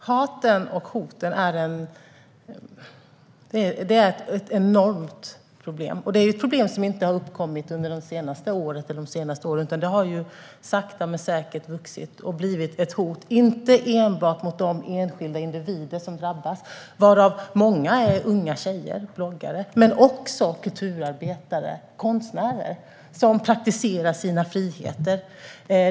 Herr talman! Ja, hatet och hoten är ett enormt problem. Det är ett problem som inte har uppkommit under de senaste åren, utan det har sakta men säkert vuxit och blivit ett hot inte enbart mot de enskilda individer som drabbas, varav många är unga tjejer, bloggare, utan också mot kulturarbetare, konstnärer, som praktiserar sina friheter.